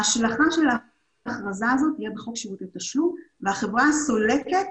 ההשלכה של ההכרזה הזאת תהיה בחוק שירותי תשלום והחברה הסולקת